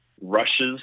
rushes